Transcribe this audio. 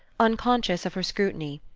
unconscious of her scrutiny,